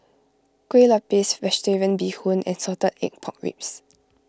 Kueh Lopes Vegetarian Bee Hoon and Salted Egg Pork Ribs